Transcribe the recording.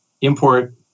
import